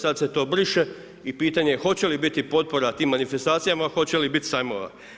Sad se to briše i pitanje hoće li biti potpora tim manifestacijama, hoće li biti sajmova.